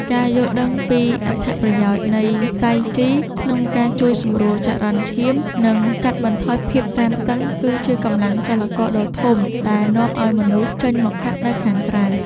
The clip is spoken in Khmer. ការយល់ដឹងពីអត្ថប្រយោជន៍នៃតៃជីក្នុងការជួយសម្រួលចរន្តឈាម និងកាត់បន្ថយភាពតានតឹង គឺជាកម្លាំងចលករដ៏ធំដែលនាំឱ្យមនុស្សចេញមកហាត់នៅខាងក្រៅ។